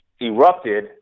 erupted